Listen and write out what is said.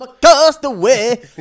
castaway